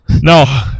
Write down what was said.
No